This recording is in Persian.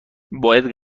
باید